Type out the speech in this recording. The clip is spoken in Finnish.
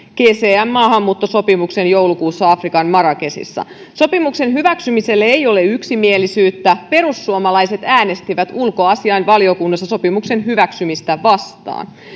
gcm maahanmuuttosopimuksen joulukuussa afrikan marrakechissa sopimuksen hyväksymiselle ei ole yksimielisyyttä perussuomalaiset äänestivät ulkoasiainvaliokunnassa sopimuksen hyväksymistä vastaan